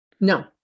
No